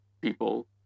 people